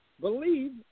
believe